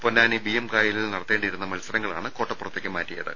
പൊന്നാനി ബീയം കായലിൽ നടത്തേണ്ടി യിരുന്ന മത്സരങ്ങളാണ് കോട്ടപ്പുറത്തേക്ക് മാറ്റിയത്